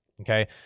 Okay